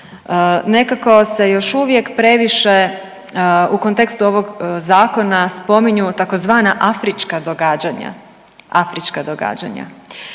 Nekako se još uvijek previše u kontekstu ovog zakona spominju tzv. afrička događanja, afrička događanja,